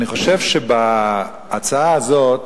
אני חושב שבהצעה הזאת